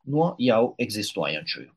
nuo jau egzistuojančiųjų